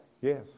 Yes